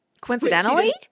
Coincidentally